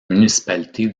municipalités